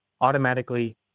automatically